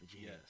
Yes